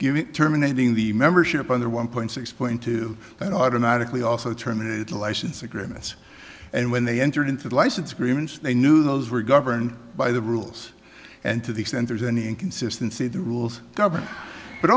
giving terminating the membership on the one point six point two that automatically also terminated the license agreements and when they entered into the license agreements they knew those were governed by the rules and to the extent there's any inconsistency the rules